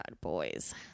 Boys